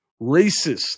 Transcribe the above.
Racist